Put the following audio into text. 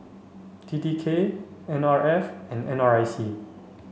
T T K N R F and N R I C